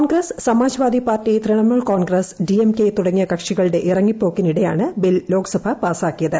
Congress Samajwadi Party Trinamool Congress D M K തുടങ്ങിയ കക്ഷികളുടെ ഇ്റൂങ്ങിപ്പോക്കിനിടെയാണ് ബിൽ ലോക്സഭ പാസാക്കിയത്